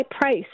price